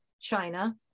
china